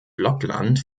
blokland